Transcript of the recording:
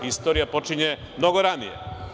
Istorija počinje mnogo ranije.